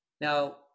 Now